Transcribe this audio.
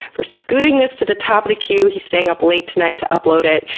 for scooting this to the top of the queue, he's staying up late tonight to upload it,